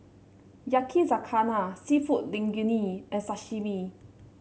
Yakizakana seafood Linguine and Sashimi